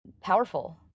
powerful